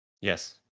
yes